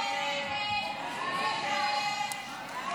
הסתייגות 10 לא נתקבלה.